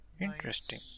Interesting